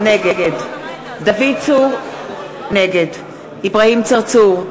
נגד דוד צור, נגד אברהים צרצור,